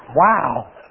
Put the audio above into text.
Wow